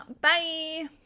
Bye